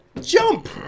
Jump